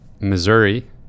Missouri